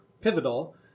pivotal